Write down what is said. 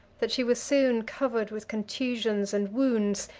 that she was soon covered with contusions and wounds,